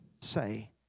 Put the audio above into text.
say